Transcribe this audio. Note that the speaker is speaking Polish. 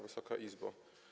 Wysoka Izbo!